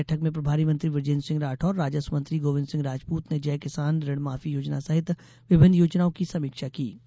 बैठक में प्रभारी मंत्री बुजेन्द्र सिंह राठौर और राजस्व मंत्री गोविंद सिंह राजपूत ने जय किसान ऋण माफी योजना सहित विभिन्न योजनाओं की समीक्षा की गई